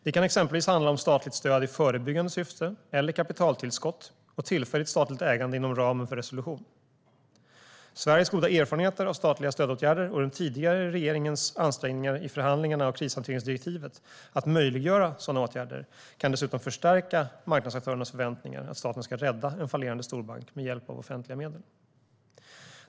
Det kan exempelvis handla om statligt stöd i förebyggande syfte eller kapitaltillskott och tillfälligt statligt ägande inom ramen för resolution. Sveriges goda erfarenheter av statliga stödåtgärder och den tidigare regeringens ansträngningar i förhandlingarna om krishanteringsdirektivet för att möjliggöra sådana åtgärder kan dessutom förstärka marknadsaktörernas förväntningar om att staten ska rädda en fallerande storbank med hjälp av offentliga medel.